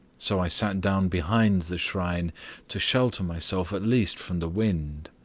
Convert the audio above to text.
so i sat down behind the shrine to shelter myself at least from the wind.